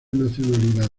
nacionalidad